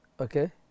okay